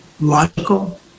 logical